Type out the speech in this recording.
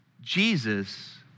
Jesus